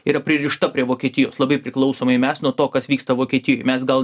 yra pririšta prie vokietijos labai priklausomai mes nuo to kas vyksta vokietijoj mes gal